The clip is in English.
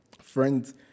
Friends